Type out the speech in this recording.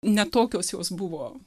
ne tokios jos buvo